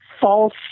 false